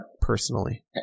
Personally